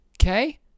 okay